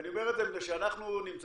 אני אומר את זה מפני שאנחנו נמצאים,